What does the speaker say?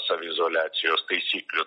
saviizoliacijos taisyklių